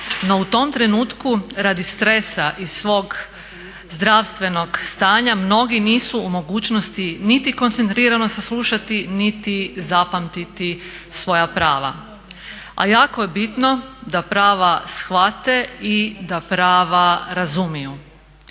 No u tom trenutku radi stresa i svog zdravstvenog stanja mnogi nisu u mogućnosti niti koncentrirano saslušati niti zapamtiti svoja prava. A jako je bitno da prava shvate i da prava razumiju.